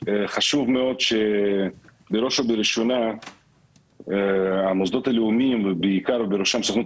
חשוב מאוד שבראש ובראשונה המוסדות הלאומיים ובראשם הסוכנות